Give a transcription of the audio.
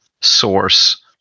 source